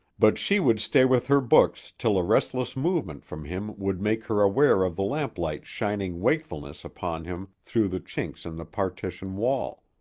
but she would stay with her books till a restless movement from him would make her aware of the lamplight shining wakefulness upon him through the chinks in the partition wall.